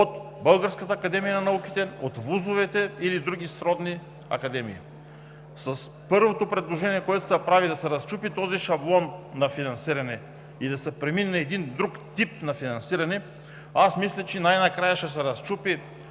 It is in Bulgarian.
от Българската академия на науките, от вузовете или от други сродни академии. С първото предложение, което се прави – да се разчупи шаблонът на финансиране и да се премине към друг тип на финансиране, мисля, че най-накрая ще се разчупи